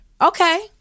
Okay